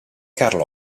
carl